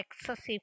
excessive